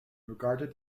regarded